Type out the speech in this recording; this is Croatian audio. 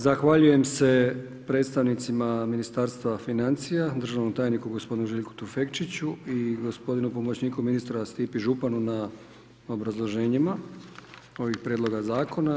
Zahvaljujem se predstavnicima Ministarstva financija, državnom tajniku gospodinu Željku Tufekčiću i gospodinu pomoćniku ministra Stipi Županu na obrazloženjima ovih prijedloga zakona.